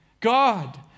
God